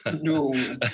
No